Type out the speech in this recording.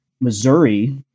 Missouri